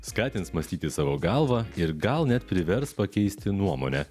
skatins mąstyti savo galva ir gal net privers pakeisti nuomonę